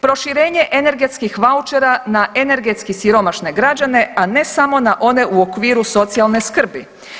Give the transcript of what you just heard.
Proširenje energetskih vaučera na energetski siromašne građane, a ne samo na one u okviru socijalne skrbi.